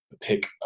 pick